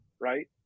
right